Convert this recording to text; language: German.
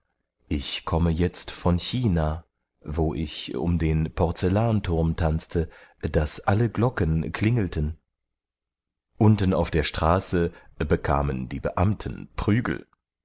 ich komme jetzt von china wo ich um den porzellanturm tanzte daß alle glocken klingelten unten auf der straße bekamen die beamten prügel